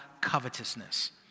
covetousness